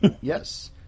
Yes